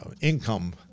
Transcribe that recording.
income